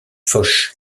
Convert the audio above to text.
foch